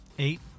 Eight